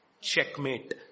Checkmate